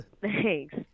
thanks